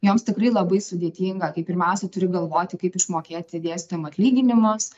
joms tikrai labai sudėtinga kai pirmiausia turi galvoti kaip išmokėti dėstytojam atlyginimus